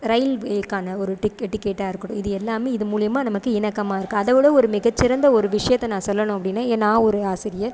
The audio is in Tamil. ரயில்வேக்கான ஒரு டிக்கெட் டிக்கெட்டாக இருக்கட்டும் இது எல்லாமே இது மூலிமா நமக்கு இணக்கமாக இருக்குது அதை விட ஒரு மிகச் சிறந்த ஒரு விஷயத்தை நான் சொல்லணும் அப்படின்னா எ நான் ஒரு ஆசிரியர்